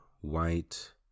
white